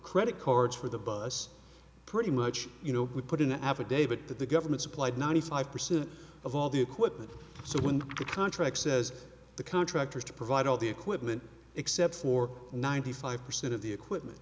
credit cards for the bus pretty much you know we put in the affidavit that the government supplied ninety five percent of all the equipment so when the contract says the contractors to provide all the equipment except for ninety five percent of the equipment